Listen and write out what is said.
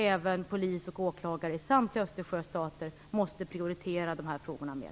Även polis och åklagare i samtliga Östersjöstater måste prioritera de här frågorna mer.